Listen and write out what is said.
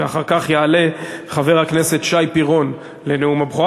ואחר כך יעלה חבר הכנסת שי פירון לנאום הבכורה.